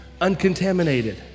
uncontaminated